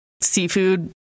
seafood